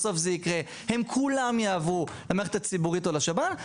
בסוף זה יקרה כולם יעברו למערכת הציבורית או לשב"ן.